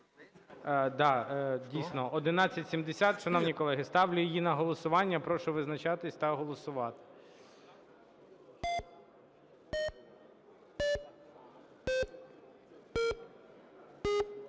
Да, дійсно, 1170. Шановні колеги, ставлю її на голосування. Прошу визначатися та голосувати.